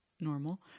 normal